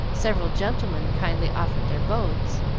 several gentlemen kindly offered their boats,